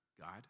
God